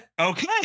okay